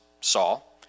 Saul